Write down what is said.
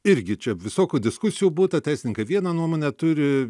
irgi čia visokių diskusijų būta teisininkai vieną nuomonę turi